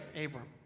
Abram